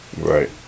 Right